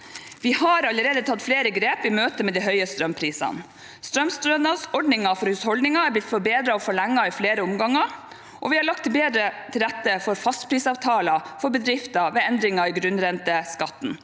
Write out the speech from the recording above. Vi har allerede tatt flere grep i møte med de høye strømprisene. Strømstønadsordningen for husholdninger er blitt forbedret og forlenget i flere omganger, og vi har lagt bedre til rette for fastprisavtaler for bedrifter ved endringer i grunnrenteskatten.